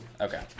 Okay